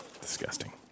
Disgusting